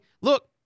look